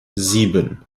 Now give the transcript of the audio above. sieben